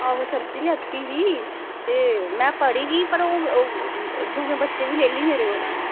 आहो सर जी लैती ही में पढ़ी ही पर ओह् दूऐं बच्चें बी लेई लेई मेरे कोला